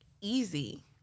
easy